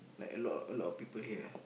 like a lot a lot people here